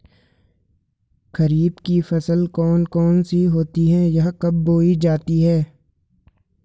खरीफ की फसल कौन कौन सी होती हैं यह कब बोई जाती हैं?